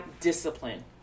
discipline